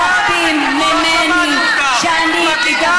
אתם, אתם מצפים ממני, נכון?